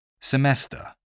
semester